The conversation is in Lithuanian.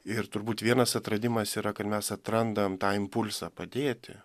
ir turbūt vienas atradimas yra kad mes atrandam tą impulsą padėti